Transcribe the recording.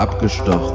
abgestochen